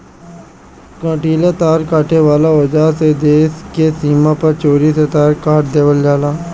कंटीला तार काटे वाला औज़ार से देश स के सीमा पर चोरी से तार काट देवेल जाला